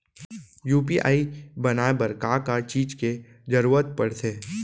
UPI बनाए बर का का चीज के जरवत पड़थे?